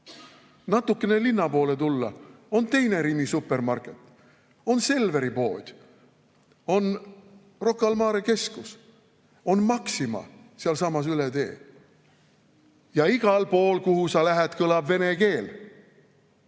Natukene linna poole tulles on teine Rimi supermarket, on Selveri pood, on Rocca al Mare keskus, on Maxima sealsamas üle tee. Ja igal pool, kuhu sa lähed, kõlab vene keel.